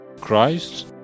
Christ